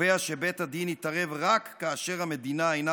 הקובע שבית הדין יתערב רק כאשר המדינה אינה